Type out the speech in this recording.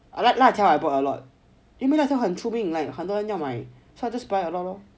I like 辣椒 I bought a lot 因为那个时候很出名了有很多人要买 so I just buy a lot lor